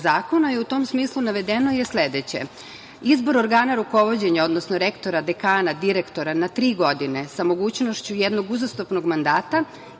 zakona. U tom smislu, navedeno je sledeće: „Izbor organa rukovođenja, odnosno rektora, dekana, direktora na tri godine, sa mogućnošću jednog uzastopnog mandata,